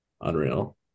unreal